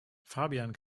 fabian